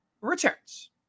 returns